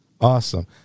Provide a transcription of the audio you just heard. Awesome